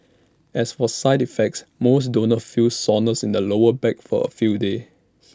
as for side effects most donors feel soreness in the lower back for A few days